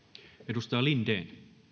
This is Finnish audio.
edustaja linden